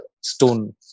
stone